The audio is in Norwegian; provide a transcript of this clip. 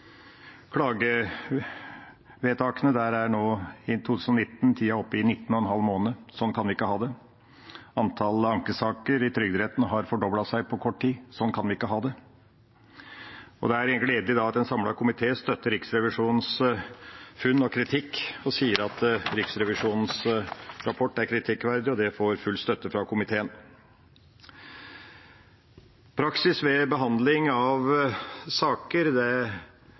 klagevedtakene, er for 2019 tiden nå oppe i 19,5 måneder. Sånn kan vi ikke ha det. Antallet ankesaker i Trygderetten har fordoblet seg på kort tid, sånn kan vi ikke ha det. Det er da gledelig at en samlet komité støtter Riksrevisjonens funn og kritikk og sier det er kritikkverdig. Det får full støtte fra komiteen. Praksis ved behandling av saker er at det